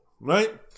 right